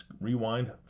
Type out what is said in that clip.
rewind